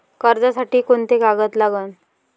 कर्जसाठी कोंते कागद लागन?